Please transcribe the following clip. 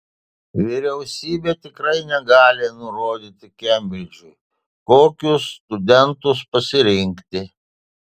vyriausybė tikrai negali nurodyti kembridžui kokius studentus pasirinkti